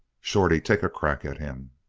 shorty, take a crack at him!